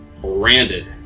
Branded